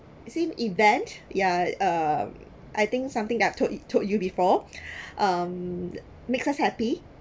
same event yeah um I think something that told you told you before um makes us happy